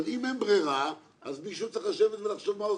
אבל אם אין ברירה אז מישהו צריך לחשוב מה עושים.